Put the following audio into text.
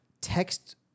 text